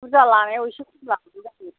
बुरजा लानायाव एसे खम लाबानो जायो